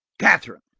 catherine.